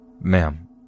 Ma'am